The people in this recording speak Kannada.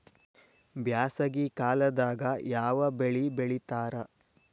ಬ್ಯಾಸಗಿ ಕಾಲದಾಗ ಯಾವ ಬೆಳಿ ಬೆಳಿತಾರ?